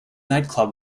nightclub